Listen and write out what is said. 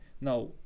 now